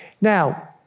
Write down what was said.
now